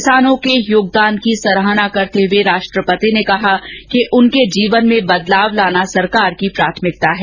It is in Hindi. किसानों के योगदान की सराहना करते हए राष्ट्रपति ने कहा कि उनके जीवन में बदलाव लाना सरकार की प्राथमिकता है